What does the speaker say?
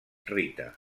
rita